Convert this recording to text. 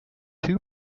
two